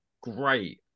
great